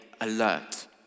alert